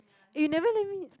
eh you never let me